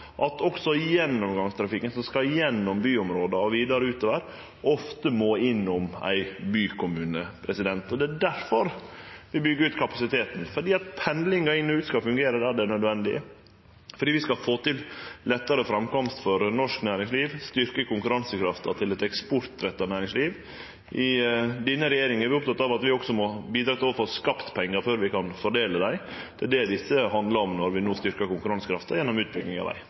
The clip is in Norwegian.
at også gjennomgangstrafikken, som skal gjennom byområda og vidare utover, ofte må innom ein bykommune. Det er difor vi byggjer ut kapasiteten, fordi pendlinga inn og ut skal fungere der det er nødvendig, og fordi vi skal få til lettare framkomst for norsk næringsliv og styrkje konkurransekrafta til eit eksportretta næringsliv. I denne regjeringa er vi opptekne av at vi også må bidra til å få skapt pengar før vi kan fordele dei. Det er det dette handlar om når vi no styrkjer konkurransekrafta gjennom utbygging av